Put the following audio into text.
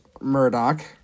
Murdoch